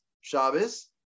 Shabbos